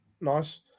Nice